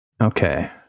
Okay